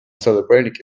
celebrating